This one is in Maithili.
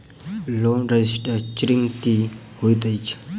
लोन रीस्ट्रक्चरिंग की होइत अछि?